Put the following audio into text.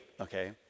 okay